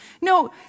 No